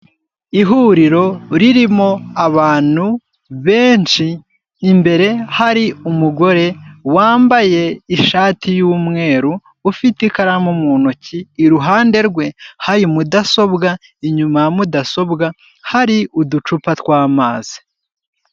Ihuriro ririmo abantu benshi imbere hari umugore wambaye ishati y'umweru, ufite ikaramu mu ntoki, iruhande rwe hari mudasobwa inyuma ya mudasobwa hari uducupa tw'amazi.